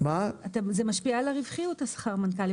זה משפיע על הרווחיות שכר המנכ"לים,